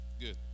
Good